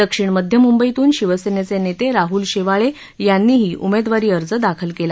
दक्षिण मध्य मुंबईतून शिवसेनेचे नेते शेवाळे यांनीही उमेदवारी अर्ज दाखल केला